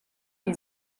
die